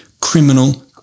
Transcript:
criminal